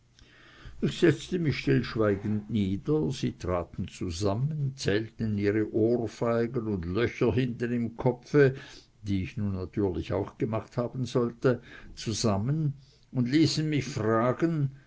ich setzte mich stillschweigend nieder sie traten zusammen zählten ihre ohrfeigen und löcher hinten im kopfe die ich nun natürlich auch gemacht haben sollte zusammen und ließen mich fragen